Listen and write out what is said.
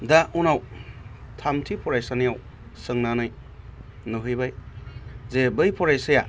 दा उनाव थामथि फरायसानियाव सोंनानै नुहैबाय जे बै फरायसाया